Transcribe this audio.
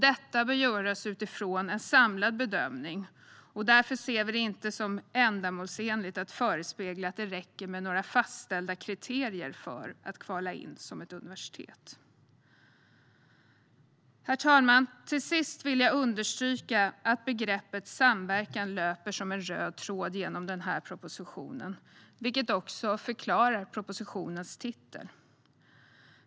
Detta bör göras utifrån en samlad bedömning. Därför ser vi det inte som ändamålsenligt att förespegla att det räcker med några fastställda kriterier för att kvala in som universitet. Herr talman! Till sist vill jag understryka att begreppet samverkan löper som en röd tråd genom den här propositionen, vilket också förklarar propositionens titel.